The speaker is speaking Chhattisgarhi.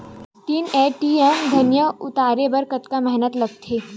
तीन एम.टी धनिया उतारे बर कतका मेहनती लागथे?